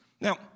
Now